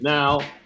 Now